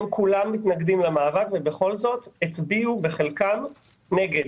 כולם מתנגדים ובכל זאת הצביעו בחלקם נגד.